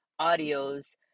audios